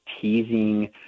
teasing